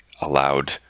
allowed